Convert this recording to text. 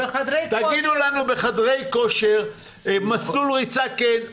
תגידו לנו בחדרי כושר: מסלול ריצה כן,